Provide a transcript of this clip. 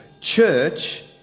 Church